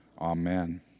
Amen